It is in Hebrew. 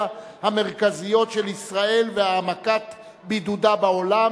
המרכזיות של ישראל והעמקת בידודה בעולם",